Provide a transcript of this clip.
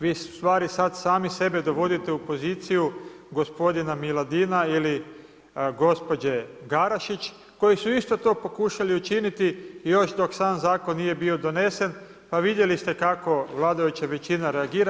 Vi sada ustvari sami sebe dovodite u poziciju gospodina Miladina ili gospođe Garašić koji su isto to pokušali učiniti još dok sam zakon nije bio donesen, pa vidjeli ste kako vladajuća većina reagira.